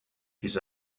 his